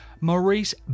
Maurice